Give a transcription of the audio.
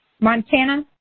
Montana